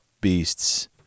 Beasts